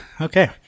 Okay